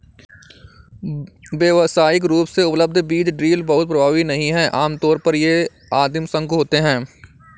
व्यावसायिक रूप से उपलब्ध बीज ड्रिल बहुत प्रभावी नहीं हैं आमतौर पर ये आदिम शंकु होते हैं